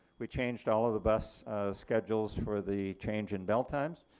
we changed all of the bus schedules for the change in bell times,